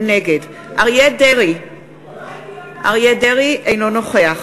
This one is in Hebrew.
נגד אריה דרעי, אינו נוכח